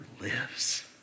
lives